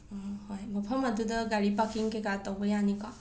ꯎꯝ ꯍꯣꯏ ꯃꯐꯝ ꯑꯗꯨꯗ ꯒꯥꯔꯤ ꯄꯥꯔꯀꯤꯡ ꯀꯩꯀ ꯇꯧꯕ ꯌꯥꯅꯤꯀꯣ